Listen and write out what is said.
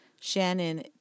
Shannon